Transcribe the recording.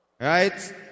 right